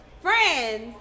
friends